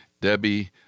Debbie